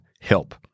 help